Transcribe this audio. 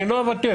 אני לא אוותר.